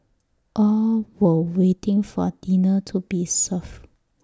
all were waiting for dinner to be served